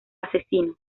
asesino